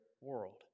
world